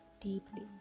deeply